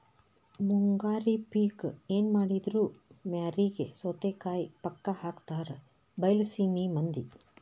ಮುಂಗಾರಿ ಪಿಕ್ ಎನಮಾಡಿದ್ರು ಮ್ಯಾರಿಗೆ ಸೌತಿಕಾಯಿ ಪಕ್ಕಾ ಹಾಕತಾರ ಬೈಲಸೇಮಿ ಮಂದಿ